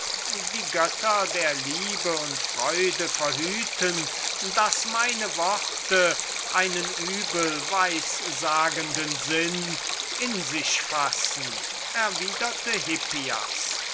die götter der liebe und freude verhüten daß meine worte einen übelweissagenden sinn in sich fassen